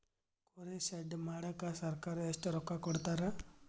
ಕುರಿ ಶೆಡ್ ಮಾಡಕ ಸರ್ಕಾರ ಎಷ್ಟು ರೊಕ್ಕ ಕೊಡ್ತಾರ?